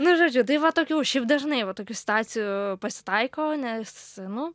nu žodžiu tai va tokių šiaip dažnai va tokius situacijų pasitaiko nes nu